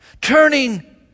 turning